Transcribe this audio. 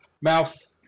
Mouse